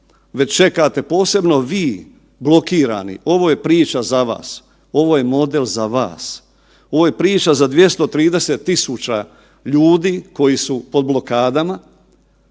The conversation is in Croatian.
već čekate posebno vi blokirani ovo je priča za vas, ovo je model za vas, ovo je priča za 230.000 ljudi koji su pod blokadama